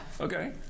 Okay